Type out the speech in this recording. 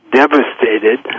devastated